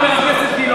חבר הכנסת גילאון,